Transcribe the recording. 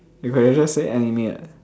you can just say anime what